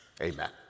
Amen